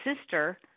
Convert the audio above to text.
sister